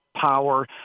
power